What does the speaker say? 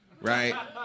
right